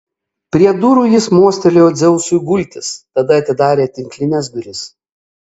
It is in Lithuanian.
prie durų jis mostelėjo dzeusui gultis tada atidarė tinklines duris